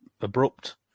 abrupt